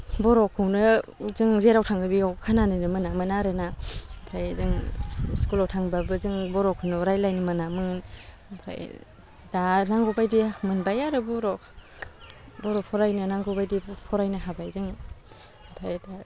बर'खौनो जों जेराव थाङो बेयाव खोनानो मोनामोन आरोना ओमफ्राय जों स्कुलाव थांबाबो जों बर'खौनो रायलायो मोनामोन ओमफ्राय दा नांगौबायदि मोनबाय आरो बर' बर' फरायनो नांगौबायदि फरायनो हाबाय जों ओमफ्राय दा